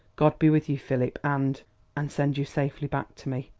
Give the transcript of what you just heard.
god be with you, philip, and and send you safely back to me.